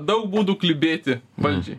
daug būdų klibėti valdžiai